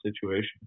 situation